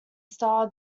star